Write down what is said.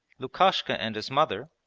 lukashka and his mother,